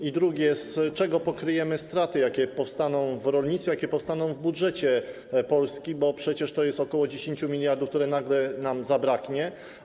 I drugie: Z czego pokryjemy straty, jakie powstaną w rolnictwie, jakie powstaną w budżecie Polski, bo przecież to jest ok 10 mld, których nagle nam zabraknie?